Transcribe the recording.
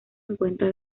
encuentra